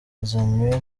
yazanywe